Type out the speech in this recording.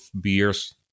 beers